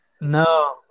No